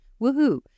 woohoo